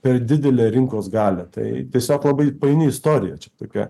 per didelę rinkos galią tai tiesiog labai paini istorija čia tokia